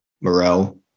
Morel